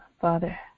Father